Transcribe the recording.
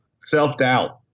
Self-doubt